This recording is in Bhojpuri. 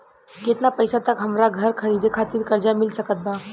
केतना पईसा तक हमरा घर खरीदे खातिर कर्जा मिल सकत बा?